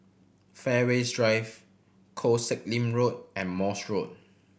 Fairways Drive Koh Sek Lim Road and Morse Road